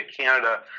Canada